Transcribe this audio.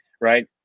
right